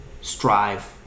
strive